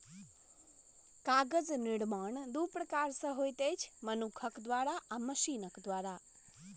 कागज निर्माण दू प्रकार सॅ होइत अछि, मनुखक द्वारा आ मशीनक द्वारा